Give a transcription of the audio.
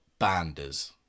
banders